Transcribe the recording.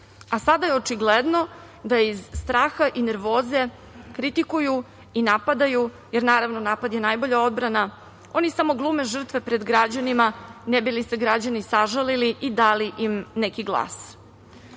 je očigledno da iz straha i nervoze kritikuju i napadaju, jer naravno, napad je najbolja odbrana, oni samo glume žrtve pred građanima ne bili se građani sažalili i dali im neki